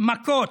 מכות,